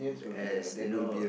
as you know